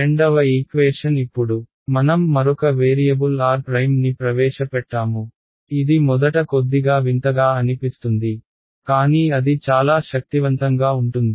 రెండవ ఈక్వేషన్ ఇప్పుడు మనం మరొక వేరియబుల్ r ని ప్రవేశపెట్టాము ఇది మొదట కొద్దిగా వింతగా అనిపిస్తుంది కానీ అది చాలా శక్తివంతంగా ఉంటుంది